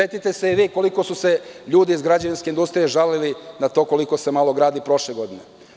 Setite se i vi koliko su se ljudi iz građevinske industrije žalili na to koliko se malo gradi prošle godine.